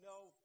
no